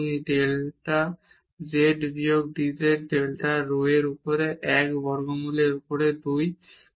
এই delta z বিয়োগ dz delta rho এর উপর 1 বর্গমূলের উপরে 2 হবে